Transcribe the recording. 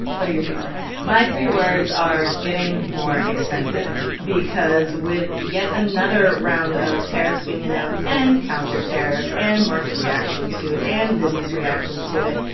what are your three words? my three words are getting more expensive because with yet another round of tariffs being announced and counter-tariffs and market reactions to it and business reactions to it,